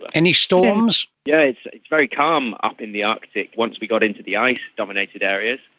any storms? yeah it's very calm up in the arctic, once we got into the ice dominated areas.